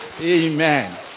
Amen